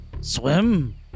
Swim